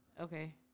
okay